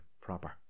proper